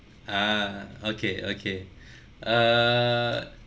ah okay okay err